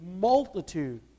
multitude